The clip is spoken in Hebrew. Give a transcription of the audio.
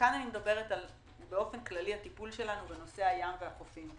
כאן אני מדברת באופן כללי על הטיפול שלנו בנושא הים והחופים.